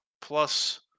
Plus